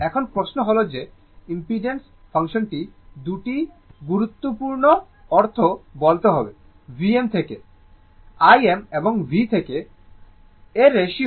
এখন প্রশ্ন হল যে ইম্পিডেন্স ফাংশনটি 2টি গুরুত্বপূর্ণ তথ্য বলতে হবে Vm থেকে Im এবং V থেকে I এর রেশিও